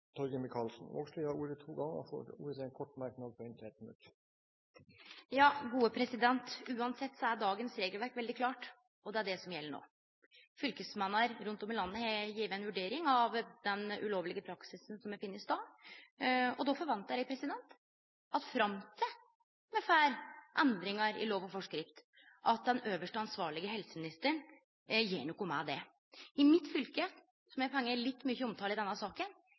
Vågslid har hatt ordet to ganger tidligere og får ordet til en kort merknad, begrenset til 1 minutt. Dagens regelverk er uansett veldig klart, og det er det som gjeld no. Fylkesmenn rundt om i landet har gjeve ei vurdering av den ulovlege praksisen som har funne stad, og då forventar eg – fram til me får endringar i lov og forskrift – at den øvste ansvarlege, helseministeren, gjer noko med det. I mitt fylke, som har fått litt mykje omtale i denne saka,